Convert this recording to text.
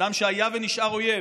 אדם שהיה ונשאר אויב.